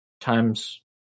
Time's